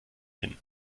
hin